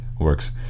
Works